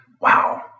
wow